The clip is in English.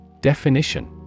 definition